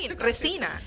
resina